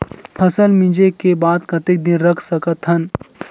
फसल मिंजे के बाद कतेक दिन रख सकथन?